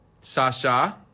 Sasha